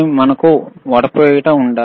మనము ఫిల్టర్ చేయాలి